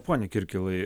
pone kirkilai